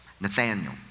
Nathaniel